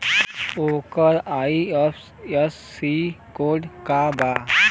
ओकर IFSC code का बा?